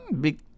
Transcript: Big